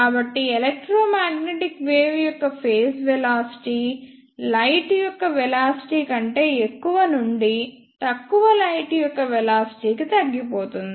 కాబట్టి electromagnetic wave యొక్క phase velocity light యొక్క వెలాసిటీ కంటే ఎక్కువ నుండి తక్కువ లైట్ యొక్క వెలాసిటీ కి తగ్గిపోతుంది